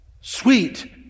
Sweet